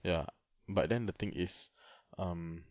ya but then the thing is um